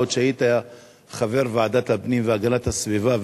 עוד כשהיית חבר ועדת הפנים והגנת הסביבה,